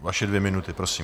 Vaše dvě minuty, prosím.